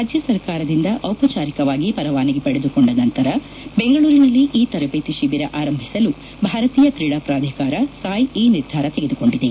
ರಾಜ್ಯ ಸರ್ಕಾರದಿಂದ ಔಪಚಾರಿಕವಾಗಿ ಪರವಾನಗಿ ಪಡೆದುಕೊಂಡ ನಂತರ ಬೆಂಗಳೂರಿನಲ್ಲಿ ಈ ತರಬೇತಿ ಶಿಬಿರ ಆರಂಭಿಸಲು ಭಾರತೀಯ ಕ್ರೀಡಾ ಪ್ರಾಧಿಕಾರ ಸಾಯ್ ಈ ನಿರ್ಧಾರ ತೆಗೆದುಕೊಂಡಿದೆ